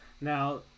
Now